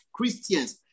Christians